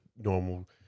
normal